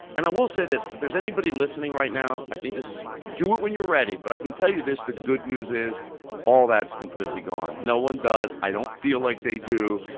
and i will say this, if there's anybody listening right now, i think this is do it when you're ready, but i can tell you this, the good news is all that's completely gone. no one does. i don't feel like they do.